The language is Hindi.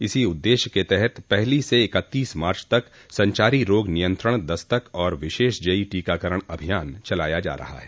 इसी उददेश्य के तहत पहली से इकत्तीस मार्च तक संचारी रोग नियंत्रण दस्तक और विशेष जेई टीकाकरण अभियान चलाया जा रहा है